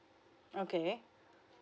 okay